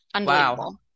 Wow